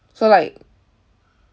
so like